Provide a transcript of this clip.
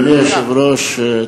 אדוני היושב-ראש,